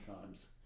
times